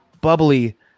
bubbly